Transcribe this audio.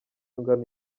ungana